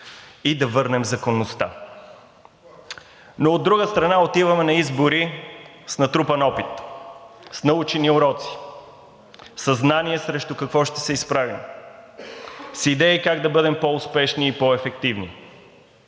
и да върнем законността. Но от друга страна, отиваме на избори с натрупан опит, с научени уроци, със знания срещу какво ще се изправим, с идеи как да бъдем по-успешни и по-ефективни.